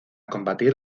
combatir